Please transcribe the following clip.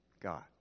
God